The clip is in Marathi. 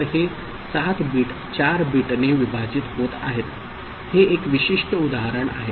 तर हे 7 बिट 4 बिटने विभाजित होत आहे हे एक विशिष्ट उदाहरण आहे